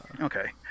Okay